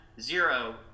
zero